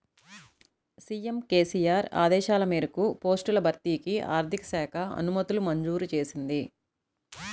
CM KCR ఆదేశాల మేరకు పోస్టుల భర్తీకి ఆర్థిక శాఖ అనుమతులు మంజూరు చేసింది